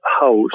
house